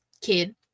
kid